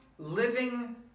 living